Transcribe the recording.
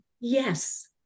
yes